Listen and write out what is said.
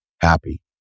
happy